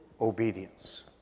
Obedience